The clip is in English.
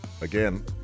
again